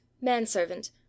manservant